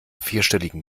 vierstelligen